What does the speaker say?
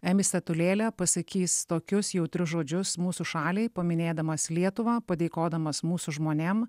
emmy statulėlę pasakys tokius jautrius žodžius mūsų šaliai paminėdamas lietuvą padėkodamas mūsų žmonėm